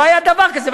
לא היה דבר כזה.